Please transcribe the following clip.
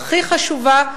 הכי חשובה,